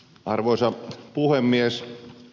arvoisa puhemies